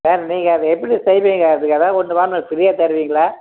சரி நீங்கள் அதை எப்படி செய்வீங்க அப்படி ஏதாவது ஒன்று வாங்கினா ஃப்ரீயாக தருவீங்களா